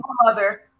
mother